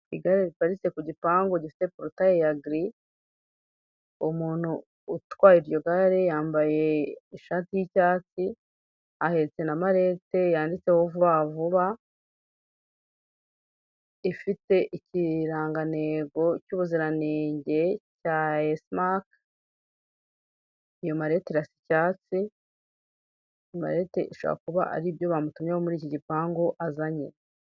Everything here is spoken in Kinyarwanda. Igare riparitse ku gipangu gifite porotare ya giri, Umuntu utwaye iryo gare yambaye ishati y'icyatsi, ahetse na malete yanditseho vuba vuba, ifite ikirangantego cy'ubuziranenge cya S mark, iyo malete irasa icyatsi, iyo malete ishobora kuba iri ibyo bamutumyeho muri iki gipangu, azanye.